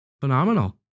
Phenomenal